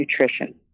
nutrition